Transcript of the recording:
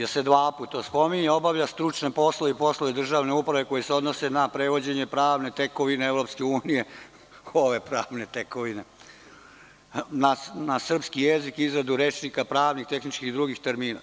To se dvaput spominje – obavlja stručne poslove i poslove državne uprave koji se odnose na prevođenje pravne tekovine EU, na srpskom jeziku izradu rečnika pravnih, tehničkih i drugih termina.